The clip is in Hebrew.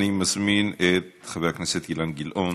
אני מזמין את חבר הכנסת גילאון,